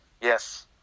Yes